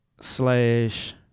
slash